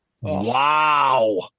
Wow